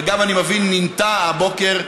ואני מבין שניטע הבוקר,